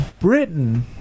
Britain